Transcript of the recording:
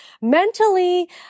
mentally